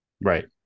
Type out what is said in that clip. Right